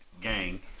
Gang